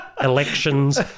Elections